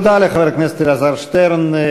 תודה לחבר הכנסת אלעזר שטרן.